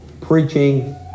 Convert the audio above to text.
preaching